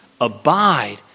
Abide